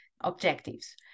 objectives